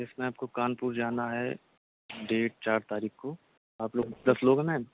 اس میں آپ کو کانپور جانا ہے ڈیٹ چار تاریخ کو آپ لوگ دس لوگ ہیں میم